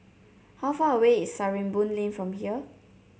how far away is Sarimbun Lane from here